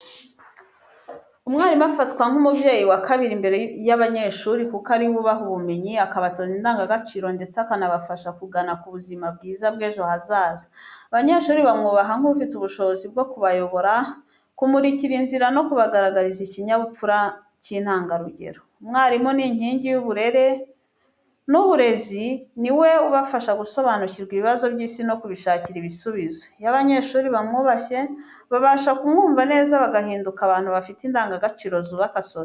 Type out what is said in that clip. Umwarimu afatwa nk’umubyeyi wa kabiri imbere y’abanyeshuri, kuko ari we ubaha ubumenyi, akabatoza indangagaciro ndetse akanabafasha kugana ku buzima bwiza bw’ejo hazaza. Abanyeshuri bamwubaha nk’ufite ubushobozi bwo kubayobora, kumurikira inzira no kubagaragariza ikinyabupfura cy’intangarugero. Umwarimu ni inkingi y’uburere n’uburezi, ni we ubafasha gusobanukirwa ibibazo by’isi no kubishakira ibisubizo. Iyo abanyeshuri bamwubashye, babasha kumwumva neza, bagahinduka abantu bafite indangagaciro zubaka sosiyete.